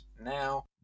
now